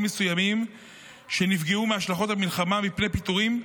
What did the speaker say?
מסוימים שנפגעו מהשלכות המלחמה מפני פיטורים.